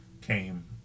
came